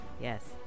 Yes